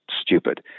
stupid